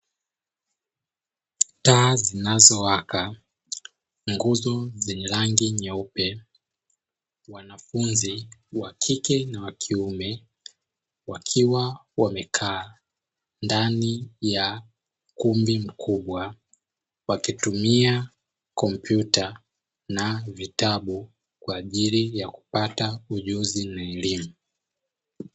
Taa zinazowaka, nguzo zenye rangi nyeupe, wanafunzi wakike na wakiume wakiwa wamekaa ndani ya ukumbi mkubwa wakitumia kompyuta na vitabu kwaajili ya kupata ujuzi na elimu.